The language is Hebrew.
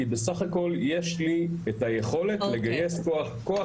כי בסך הכל יש לי את היכולת לגייס כוח